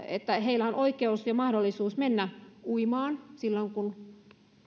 että heillä on oikeus ja mahdollisuus mennä uimaan silloin kun